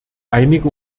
einige